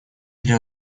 для